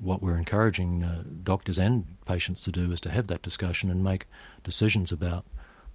what we're encouraging doctors and patients to do is to have that discussion and make decisions about